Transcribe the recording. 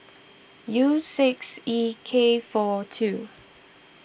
U six E K four two